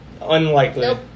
Unlikely